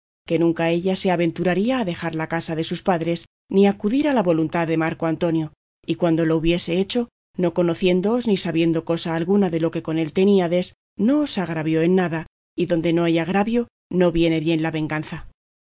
que nunca ella se aventuraría a dejar la casa de sus padres ni acudir a la voluntad de marco antonio y cuando lo hubiese hecho no conociéndoos ni sabiendo cosa alguna de lo que con él teníades no os agravió en nada y donde no hay agravio no viene bien la venganza